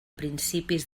principis